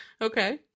okay